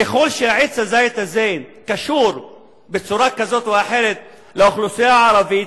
ככל שעץ הזית הזה קשור בצורה כזאת או אחרת לאוכלוסייה הערבית,